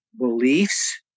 beliefs